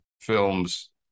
films